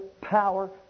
power